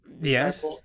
Yes